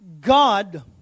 God